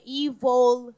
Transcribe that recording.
evil